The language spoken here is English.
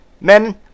men